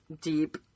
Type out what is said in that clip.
deep